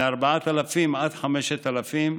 מ-4,000 עד-5,000,